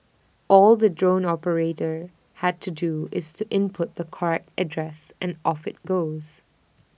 all the drone operator has to do is to input the correct address and off IT goes